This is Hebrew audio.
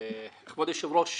כבוד היושב-ראש,